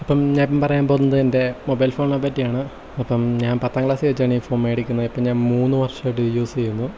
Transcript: അപ്പം ഞാനിപ്പോൾ പറയാൻ പോവുന്നത് എൻ്റെ മൊബൈൽ ഫോണിനെ പറ്റിയാണ് അപ്പം ഞാൻ പത്താംക്ലാസിൽ വെച്ചാണ് ഈ ഫോൺ മേടിക്കുന്നത് ഇപ്പോൾ ഞാൻ മൂന്നുവർഷമായിട്ട് ഇത് യൂസ് ചെയ്യുന്നു